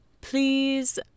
Please